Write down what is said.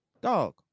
dog